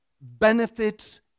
benefits